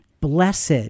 blessed